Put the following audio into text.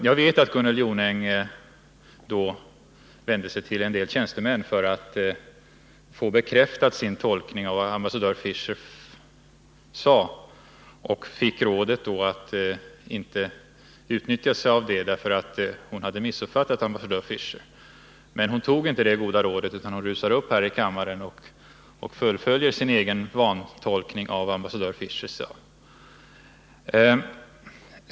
Jag vet att Gunnel Jonäng då vände sig till en del tjänstemän för att få sin tolkning av vad ambassadör Fisher hade sagt bekräftad och då fick rådet att inte utnyttja sig av den därför att hon hade missuppfattat ambassadör Fisher. Men hon tog inte det goda rådet utan rusade upp här i kammaren och fullföljde sin egen vantolkning av vad ambassadör Fisher sade.